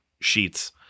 sheets